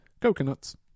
coconuts